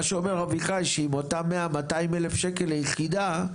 מה שאומר אביחי שעם אותם 100-200 אלף שקלים ליחידה,